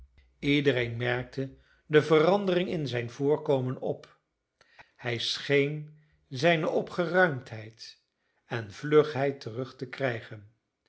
iedereen merkte de verandering in zijn voorkomen op hij scheen zijne opgeruimdheid en vlugheid terug te krijgen